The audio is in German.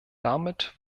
damit